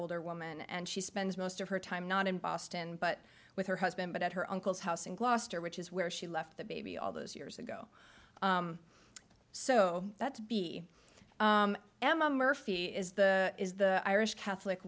older woman and she spends most of her time not in boston but with her husband but at her uncle's house in gloucester which is where she left the baby all those years ago so that to be emma murphy is the is the irish catholic